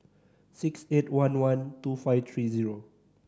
six eight one one two five three zero